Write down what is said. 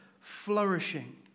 flourishing